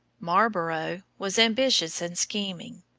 marlborough was ambitious and scheming,